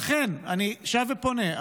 לכן אני שב ופונה.